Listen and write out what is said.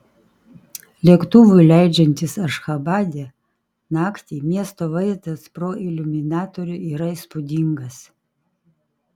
lėktuvui leidžiantis ašchabade naktį miesto vaizdas pro iliuminatorių yra įspūdingas